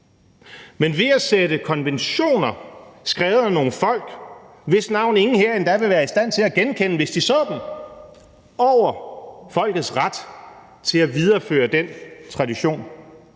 Men ved at sætte konventioner, skrevet af nogle folk, hvis navne ingen her endda vil være i stand til at genkende, hvis de så dem, over folkets ret til at videreføre den tradition,